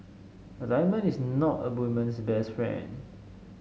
a diamond is not a woman's best friend